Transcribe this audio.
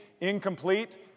incomplete